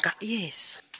Yes